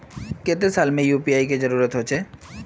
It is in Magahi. केते साल में यु.पी.आई के जरुरत होचे?